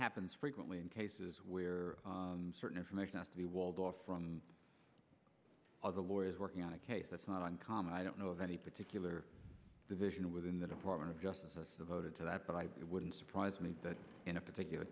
happens frequently in cases where certain information not to be walled off from other lawyers working on a case that's not uncommon i don't know of any particular division within the department of justice devoted to that but i it wouldn't surprise me that in a particular